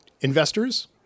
investors